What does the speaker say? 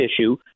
issue